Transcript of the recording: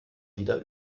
wieder